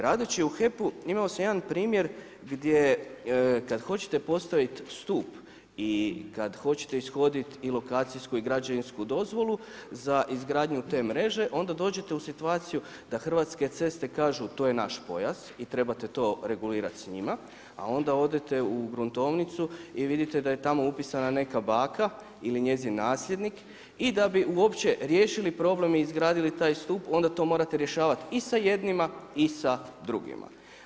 Radeći u HEP-u imao sam jedan primjer gdje kada hoćete postaviti stup i kada hoćete ishoditi i lokacijsku i građevinsku dozvolu za izgradnju te mreže onda dođete u situaciju da Hrvatske ceste kažu to je naš pojas i trebate to regulirati s njima a onda odete u gruntovnicu i vidite da je tamo upisana neka baka ili njezin nasljednik i da bi uopće riješili problem i izgradili taj stup onda to morate rješavati i sa jednima i sa drugima.